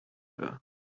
her